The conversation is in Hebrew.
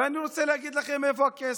ואני רוצה להגיד לכם: איפה הכסף?